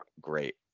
great